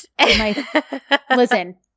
Listen